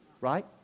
right